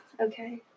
Okay